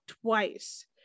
twice